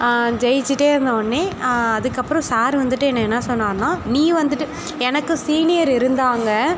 ஜெயிச்சுட்டே இருந்தவுன்னே அதுக்கப்புறம் சார் வந்துட்டு என்னை என்ன சொன்னாருன்னால் நீ வந்துட்டு எனக்கு சீனியர் இருந்தாங்க